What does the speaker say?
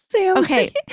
Okay